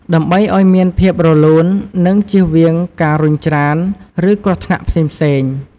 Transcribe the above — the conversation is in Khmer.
ដើម្បីឱ្យមានភាពរលូន និងជៀសវាងការរុញច្រាន ឬគ្រោះថ្នាក់ផ្សេងៗ។